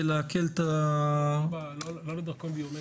לא לדרכון ביומטרי.